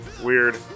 Weird